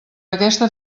aquesta